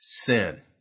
Sin